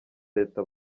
leta